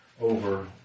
over